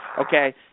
Okay